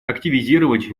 активизировать